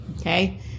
okay